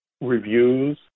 reviews